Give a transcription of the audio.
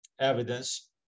evidence